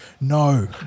no